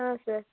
ಹಾಂ ಸರ್